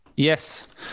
Yes